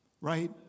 right